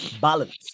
balance